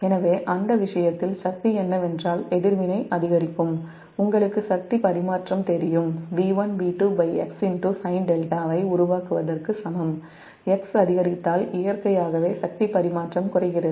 எனவே அந்த விஷயத்தில் சக்தி என்னவென்றால் எதிர்வினை அதிகரிக்கும் உங்களுக்கு சக்தி பரிமாற்றம் தெரியும் V1V2xsinδ ஐ உருவாக்குவதற்கு சமம் x அதிகரித்தால் இயற்கையாகவே சக்தி பரிமாற்றம் குறைகிறது